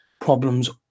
problems